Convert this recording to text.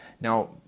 Now